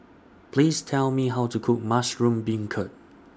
Please Tell Me How to Cook Mushroom Beancurd